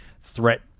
threat